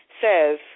says